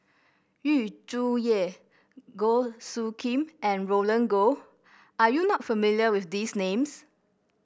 Yu Zhuye Goh Soo Khim and Roland Goh are you not familiar with these names